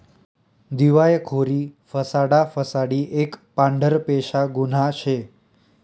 दिवायखोरी फसाडा फसाडी एक पांढरपेशा गुन्हा शे